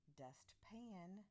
dustpan